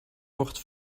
wordt